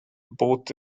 both